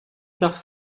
tard